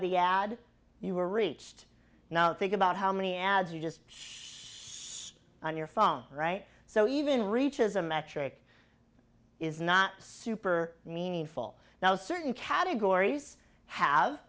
the ad you were reached now think about how many ads you just on your phone right so even reaches a metric is not super meaningful now certain categories have